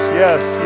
yes